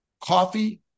coffee